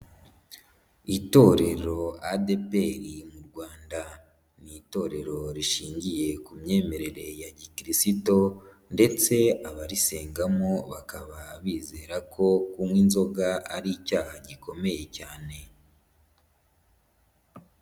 Itorero ADEPR mu Rwanda, ni itorero rishingiye ku myemerere ya gikirisiristo ndetse abarisengamo bakaba bizera ko kunywa inzoga ari icyaha gikomeye cyane.